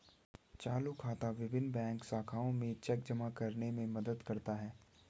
चालू खाता विभिन्न बैंक शाखाओं में चेक जमा करने में मदद करता है